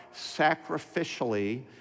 sacrificially